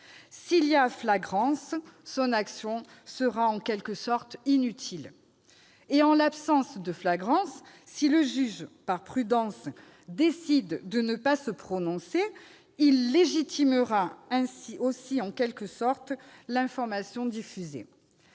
S'il y a flagrance, son action sera en quelque sorte inutile. En l'absence de flagrance, si le juge, par prudence, décide de ne pas se prononcer, il légitimera d'une certaine façon l'information diffusée.